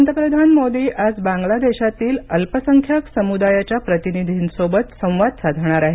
पंतप्रधान मोदी आज बांग्लादेशातील अल्पसंख्याक समुदायाच्या प्रतिनिधींसोबत संवाद साधणार आहेत